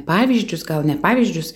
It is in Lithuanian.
pavyzdžius gal ne pavyzdžius